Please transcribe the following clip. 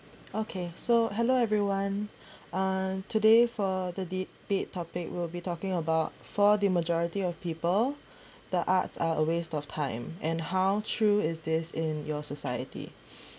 okay so hello everyone um today for the debate topic we'll be talking about for the majority of people the arts are a waste of time and how true is this in your society